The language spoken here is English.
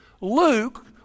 Luke